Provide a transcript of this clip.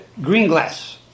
Greenglass